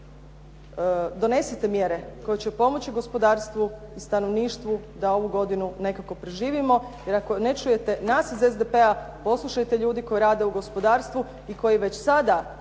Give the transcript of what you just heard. Donesite mjere koje će pomoći gospodarstvu i stanovništvu da ovu godinu nekako preživimo. Jer ako ne čujete nas iz SDP-a poslušajte ljude koji rade u gospodarstvu i koji već sada